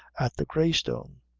at the grey stone.